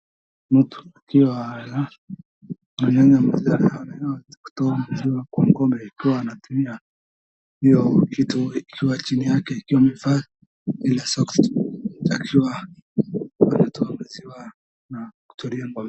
Mtu akiwa ananyonyesha maziwa ama akitoa maziwa kwa ng'ombe, ikiwa anatumia hiyo kitu ikiwa chini yake, ikiwa imevaa ile soksi. Ikiwa anatoa maziwa na kutolewa ng'ombe.